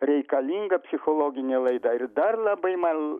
reikalinga psichologinė laida ir dar labai man